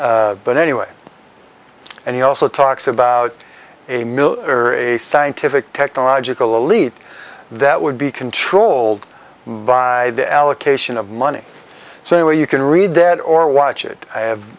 but anyway and he also talks about a mill or a scientific technological elite that would be controlled by the allocation of money so you can read that or watch it have